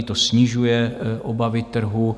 To snižuje obavy trhu.